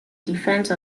defence